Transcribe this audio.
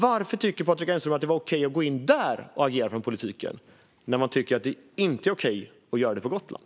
Varför tycker Patrik Engström att det var okej att gå in där och agera från politikens sida när han inte tycker att det är okej att göra det på Gotland?